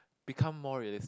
because more realist